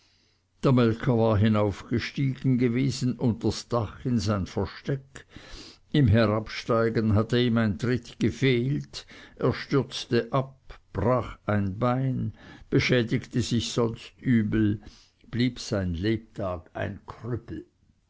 melker war hinaufgestiegen gewesen unters dach in sein versteck im herabsteigen hatte ihm ein tritt gefehlt er stürzte hinab brach ein bein beschädigte sich sonst übel blieb sein lebtag ein krüppel